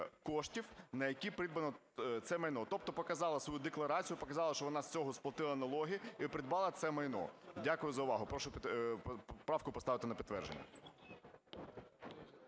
на які придбано це майно. Тобто показала свою декларацію, показала, що вона з цього сплатила налоги і придбала це майно. Дякую за увагу. Прошу правку поставити на підтвердження.